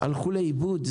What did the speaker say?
הלכו לאיבוד.